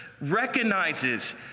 recognizes